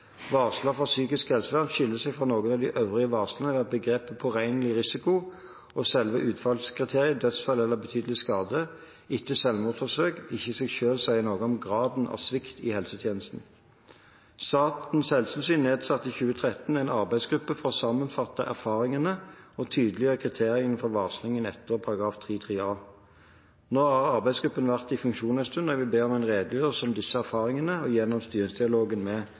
Varsler fra psykisk helsevern skiller seg noe fra de øvrige varslene ved at begrepet «påregnelig risiko» og selve utfallskriteriet «dødsfall eller betydelig skade» etter et selvmordsforsøk ikke i seg selv sier noe om graden av svikt i helsetjenesten. Statens helsetilsyn nedsatte i 2013 en arbeidsgruppe for å sammenfatte erfaringene og tydeliggjøre kriteriene for varsling etter § 3-3a. Nå har arbeidsgruppen vært i funksjon i en stund, og jeg vil be om en redegjørelse om disse erfaringene gjennom styringsdialogen med